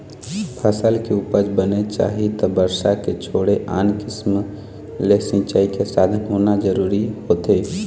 फसल के उपज बने चाही त बरसा के छोड़े आन किसम ले सिंचई के साधन होना जरूरी होथे